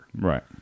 Right